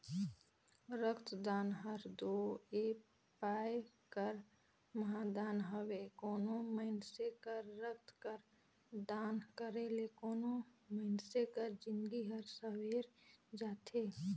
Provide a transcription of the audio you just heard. रकतदान हर दो ए पाए कर महादान हवे कोनो मइनसे कर रकत कर दान करे ले कोनो मइनसे कर जिनगी हर संवेर जाथे